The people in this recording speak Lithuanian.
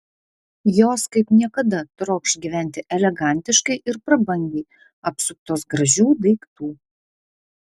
jos kaip niekada trokš gyventi elegantiškai ir prabangiai apsuptos gražių daiktų